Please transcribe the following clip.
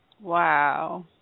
Wow